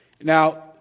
Now